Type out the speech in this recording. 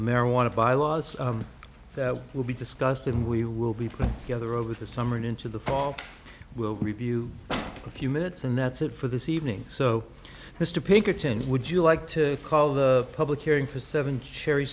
the marijuana bylaws that will be discussed and we will be put together over the summer and into the fall we'll review a few minutes and that's it for this evening so mr pinkerton would you like to call the public hearing for seven cherry